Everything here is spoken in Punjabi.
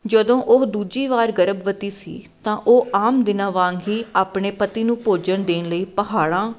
ਜਦੋਂ ਉਹ ਦੂਜੀ ਵਾਰ ਗਰਭਵਤੀ ਸੀ ਤਾਂ ਉਹ ਆਮ ਦਿਨਾਂ ਵਾਂਗ ਹੀ ਆਪਣੇ ਪਤੀ ਨੂੰ ਭੋਜਨ ਦੇਣ ਲਈ ਪਹਾੜਾਂ